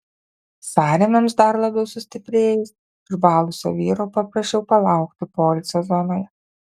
sąrėmiams dar labiau sustiprėjus išbalusio vyro paprašiau palaukti poilsio zonoje